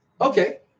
Okay